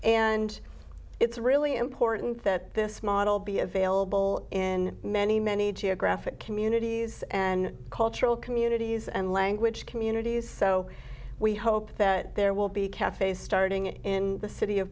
and it's really important that this model be available in many many geographic communities and cultural communities and language communities so we hope that there will be cafes starting in the city of